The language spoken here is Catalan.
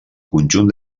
conjunt